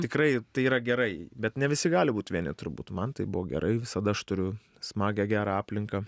tikrai tai yra gerai bet ne visi gali būt vieni turbūt man tai buvo gerai visada aš turiu smagią gerą aplinką